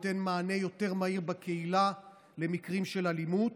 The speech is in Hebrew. וייתן מענה יותר מהיר בקהילה למקרים של אלימות.